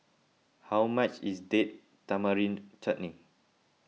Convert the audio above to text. how much is Date Tamarind Chutney